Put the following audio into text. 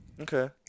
Okay